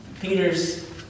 Peter's